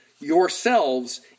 yourselves